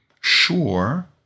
sure